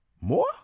More